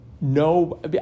No